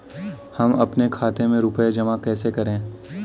हम अपने खाते में रुपए जमा कैसे करें?